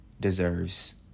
deserves